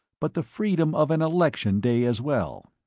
but the freedom of an election day as well.